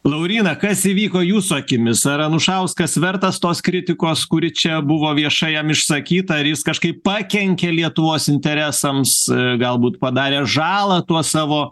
lauryna kas įvyko jūsų akimis ar anušauskas vertas tos kritikos kuri čia buvo viešai jam išsakyta ir jis kažkaip pakenkė lietuvos interesams galbūt padarė žalą tuo savo